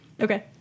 okay